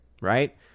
right